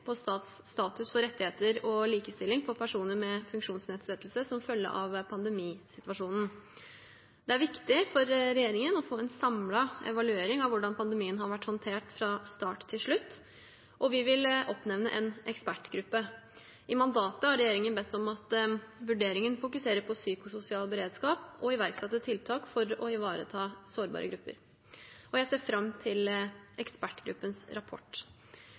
på status for rettigheter og likestilling for personer med funksjonsnedsettelse som følge av pandemisituasjonen. Det er viktig for regjeringen å få en samlet evaluering av hvordan pandemien har vært håndtert fra start til slutt. Vi vil oppnevne en ekspertgruppe. I mandatet har regjeringen bedt om at vurderingen fokuserer på psykososial beredskap og å iverksette tiltak for å ivareta sårbare grupper. Jeg ser fram til ekspertgruppens rapport.